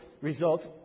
results